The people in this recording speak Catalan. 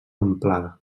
amplada